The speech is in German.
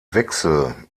wechsel